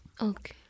Okay